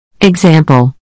Example